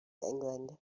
england